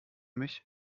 mich